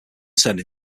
turned